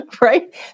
right